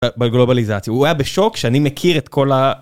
בגלובליזציה, הוא היה בשוק שאני מכיר את כל ה...